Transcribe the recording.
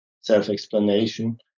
self-explanation